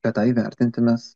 kad tą įvertinti mes